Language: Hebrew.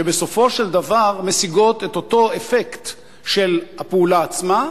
שבסופו של דבר משיגות את אותו אפקט של הפעולה עצמה,